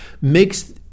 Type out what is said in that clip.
makes